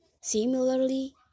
Similarly